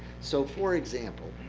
so, for example,